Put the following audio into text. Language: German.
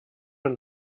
und